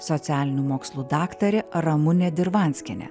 socialinių mokslų daktarė ramunė dirvanskienė